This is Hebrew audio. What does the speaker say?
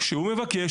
שהוא מבקש,